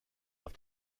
auf